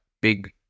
big